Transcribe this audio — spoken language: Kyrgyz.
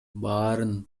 баарын